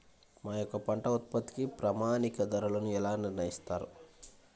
మా యొక్క పంట ఉత్పత్తికి ప్రామాణిక ధరలను ఎలా నిర్ణయిస్తారు?